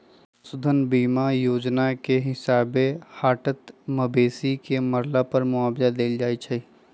पशु धन बीमा जोजना के हिसाबे हटात मवेशी के मरला पर मुआवजा देल जाइ छइ